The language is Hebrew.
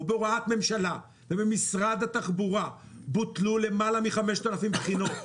ובהוראת ממשלה ובמשרד התחבורה בוטלו למעלה מ-5,000 בחינות.